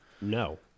No